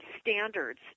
standards